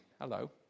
Hello